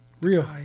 real